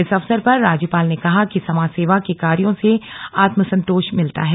इस अवसर पर राज्यपाल ने कहा कि समाजसेवा के कार्यों से आत्मसंतोष मिलता है